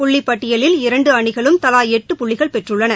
புள்ளிபட்டியலில் இரண்டுஅணிகளும் தலாளட்டு புள்ளிகள் பெற்றுள்ளன